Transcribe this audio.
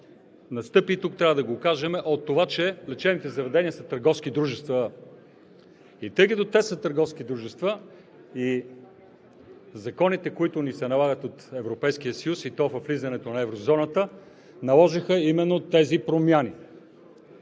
настъпи – тук трябва да го кажем, от това, че лечебните заведения са търговски дружества. И тъй като те са търговски дружества, и законите, които ни се налагат от Европейския съюз, и то за влизането във еврозоната, наложиха именно тези промени.